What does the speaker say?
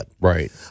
Right